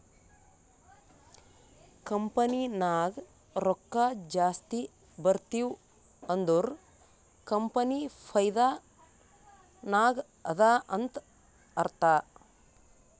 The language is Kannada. ಕಂಪನಿ ನಾಗ್ ರೊಕ್ಕಾ ಜಾಸ್ತಿ ಬರ್ತಿವ್ ಅಂದುರ್ ಕಂಪನಿ ಫೈದಾ ನಾಗ್ ಅದಾ ಅಂತ್ ಅರ್ಥಾ